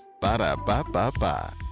Ba-da-ba-ba-ba